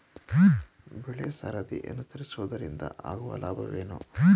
ಬೆಳೆಸರದಿ ಅನುಸರಿಸುವುದರಿಂದ ಆಗುವ ಲಾಭವೇನು?